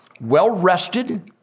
well-rested